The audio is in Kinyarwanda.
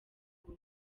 ngo